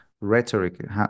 rhetoric